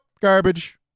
garbage